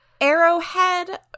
arrowhead